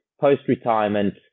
post-retirement